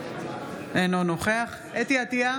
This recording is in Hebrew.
אינו נוכח חוה אתי עטייה,